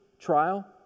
trial